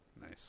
Nice